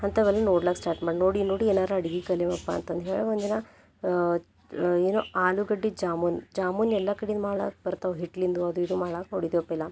ಅಂಥವೆಲ್ಲ ನೋಡ್ಲಕ್ಕ ಸ್ಟಾಟ್ ಮಾಡಿ ನೋಡಿ ನೋಡಿ ಏನಾರು ಅಡಿಗೆ ಕಲಿವಪ್ಪ ಅಂತಂದು ಹೇಳಿ ಒಂದಿನ ಏನೋ ಆಲೂಗಡ್ಡೆ ಜಾಮೂನ್ ಜಾಮೂನ್ ಎಲ್ಲ ಕಡೆ ಮಾಡಕ್ಕೆ ಬರ್ತಾವೆ ಹಿಟ್ಲಿಂದು ಅದು ಇದು ಮಾಡಾಕ ನೋಡಿದ್ದೆವು ಪೈಲೆ